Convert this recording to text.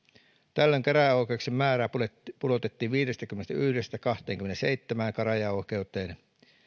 tällöin käräjäoikeuksien määrä pudotettiin viidestäkymmenestäyhdestä kahteenkymmeneenseitsemään käräjäoikeuteen